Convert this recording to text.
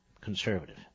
Conservative